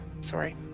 Sorry